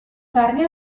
carni